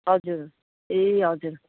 हजुर ए हजुर